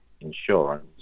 insurance